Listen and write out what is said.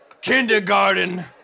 Kindergarten